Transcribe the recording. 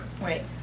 right